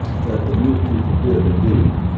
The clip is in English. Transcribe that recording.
that the news people did indeed